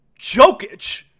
Jokic